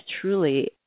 truly